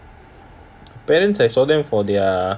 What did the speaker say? parents I saw them for their